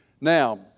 Now